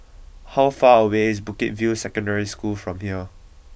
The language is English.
how far away is Bukit View Secondary School from here